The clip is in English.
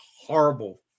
horrible